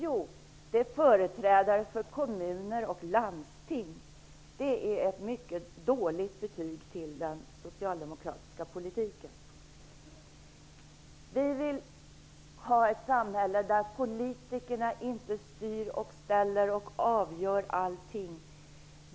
Jo, företrädare för kommuner och landsting. Det är ett mycket dåligt betyg för den socialdemokratiska politiken. Vi vill ha ett samhälle där politikerna inte styr och ställer och avgör allting.